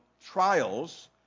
trials